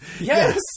Yes